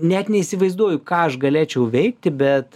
net neįsivaizduoju ką aš galėčiau veikti bet